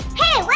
hey,